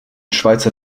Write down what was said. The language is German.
schweizer